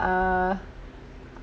uh